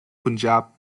punjab